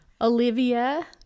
Olivia